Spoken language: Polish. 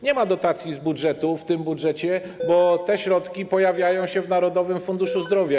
Nie ma dotacji z budżetu w tym budżecie, bo te środki pojawiają się w Narodowym Funduszu Zdrowia.